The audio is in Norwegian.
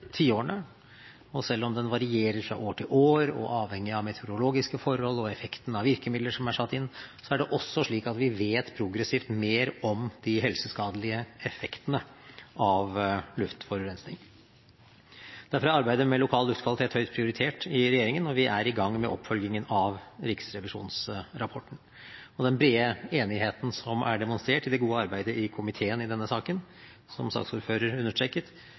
tiårene, og selv om den varierer fra år til år og er avhengig av meteorologiske forhold og effekten av virkemidler som er satt inn, er det også slik at vi vet progressivt mer om de helseskadelige effektene av luftforurensning. Derfor er arbeidet med lokal luftkvalitet høyt prioritert i regjeringen, og vi er i gang med oppfølgingen av riksrevisjonsrapporten. Og den brede enigheten som er demonstrert i det gode arbeidet i komiteen i denne saken, som saksordføreren understreket,